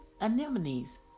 anemones